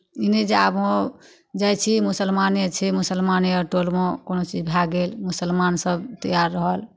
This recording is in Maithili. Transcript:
ई नहि जे आब जाइ छी मुसलमाने छै मुसलमानेके टोलमे कोनो चीज भए गेल मुसलमानसभ तैयार रहल